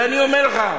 ואני אומר לך,